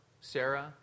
Sarah